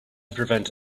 prevent